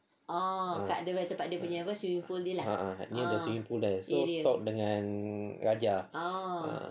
ah a'ah near the swimming pool there so talk dengan raja